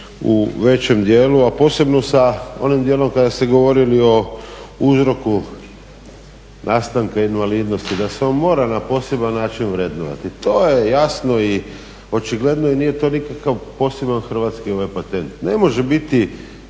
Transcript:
u većem dijelu, a posebno sa onim dijelom kada ste govorili o uzroku nastanka invalidnosti, da se on mora na poseban način vrednovati. To je jasno i očigledno i nije to nikakav poseban hrvatski patent. Ne može biti